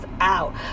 out